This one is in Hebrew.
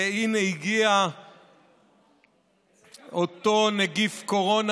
והינה הגיע אותו נגיף קורונה,